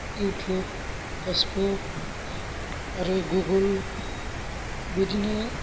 YouTube Facebook आरो Google बिदिनो